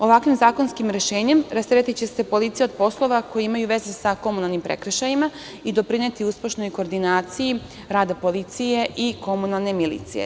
Ovakvim zakonskim rešenjem rasteretiće se policija od poslova koji imaju veze sa komunalnim prekršajima i doprineti uspešnoj koordinaciji, rada policije i komunalne milicije.